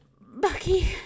Bucky